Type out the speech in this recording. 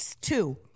two